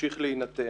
ימשיך להינתן.